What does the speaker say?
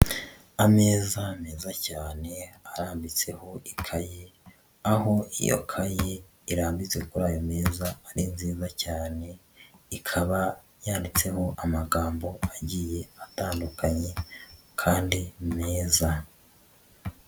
Ameza meza cyane arambitseho ikayi, aho iyo kayi irambitse kuri ayo meza ari nziza cyane, ikaba yanditsemo amagambo agiye atandukanye kandi meza.